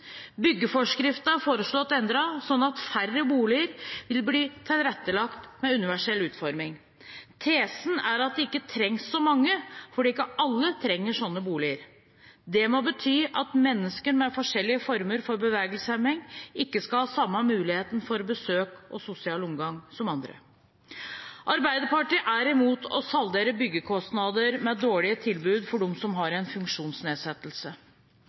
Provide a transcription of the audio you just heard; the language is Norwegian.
er foreslått endret sånn at færre boliger vil bli tilrettelagt med universell utforming. Tesen er at det ikke trengs så mange fordi ikke alle trenger en sånn bolig. Det må bety at mennesker med forskjellige former for bevegelseshemning ikke skal ha samme muligheten for besøk og sosial omgang som andre. Arbeiderpartiet er imot å saldere byggekostnader med dårlige tilbud for dem som har en funksjonsnedsettelse.